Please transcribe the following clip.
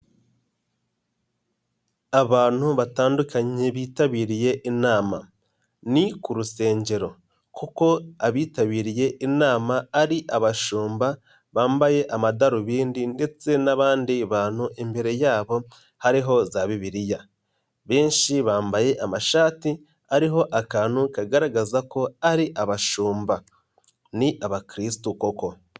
Abantu batandukanye bitabiriye inama ni ku rusengero kuko abitabiriye inama ari abashumba bambaye amadarubindi ndetse n'abandi bantu imbere yabo hariho za bibiriya benshi bambaye amashati ariho akantu kagaragaza ko ari abashumba ni abakristo koko.